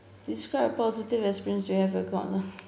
describe a positive experience you have